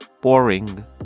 Boring